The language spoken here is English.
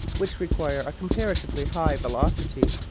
which require a comparatively high velocity,